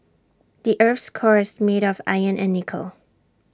the Earth's core is made of iron and nickel